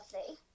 lovely